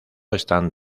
están